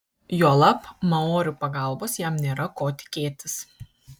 juolab maorių pagalbos jam nėra ko tikėtis